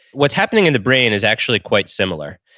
what's happening in the brain is actually quite similar,